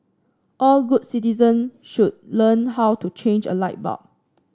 all good citizen should learn how to change a light bulb